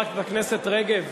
גברתי המזכירה,